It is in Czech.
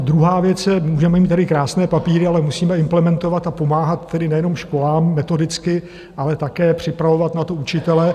Druhá věc je, můžeme mít tedy krásné papíry, ale musíme implementovat a pomáhat tedy nejenom školám metodicky, ale také připravovat na to učitele.